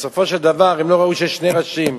בסופו של דבר הם לא ראו שני ראשים.